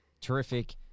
terrific